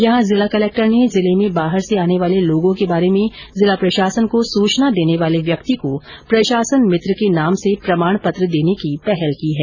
यहं जिला कलेक्टर ने जिले में बाहर से आने वाले लोगों के बारे में जिला प्रशासन को सूचना देने वाले व्यक्ति को प्रशासन मित्र के नाम से प्रमाण पत्र देने की पहल की है